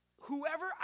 Whoever